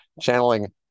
channeling